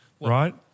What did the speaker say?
Right